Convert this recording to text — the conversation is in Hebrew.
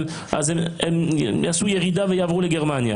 אז הם יעשו ירידה ויעברו לגרמניה,